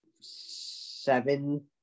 seven